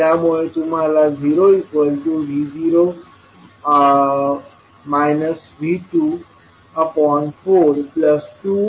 त्यामुळे तुम्हाला 0 V0 V242I1I2 मिळेल